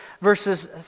Verses